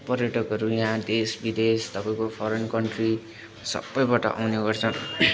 पर्यटकहरू यहाँ देश विदेश तपाईँको फरेन कन्ट्री सबैबाट आउने गर्छ